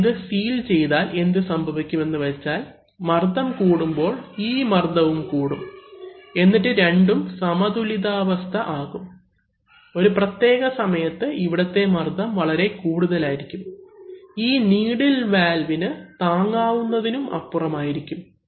നമ്മൾ ഇത് സീൽ ചെയ്താൽ എന്ത് സംഭവിക്കും എന്ന് വെച്ചാൽ മർദ്ദം കൂടുമ്പോൾ ഈ മർദ്ദവും കൂടും എന്നിട്ട് രണ്ടും സമതുലിതാവസ്ഥ ആകും ഒരു പ്രത്യേക സമയത്ത് ഇവിടുത്തെ മർദ്ദം വളരെ കൂടുതലായിരിക്കും ഈ നീഡിൽ വാൽവിന് താങ്ങാവുന്നതിനും അപ്പുറം ആയിരിക്കും